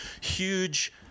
huge